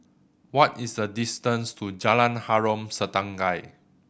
what is the distance to Jalan Harom Setangkai